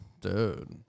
Dude